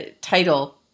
title